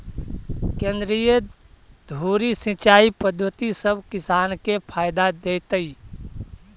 केंद्रीय धुरी सिंचाई पद्धति सब किसान के फायदा देतइ